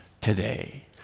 today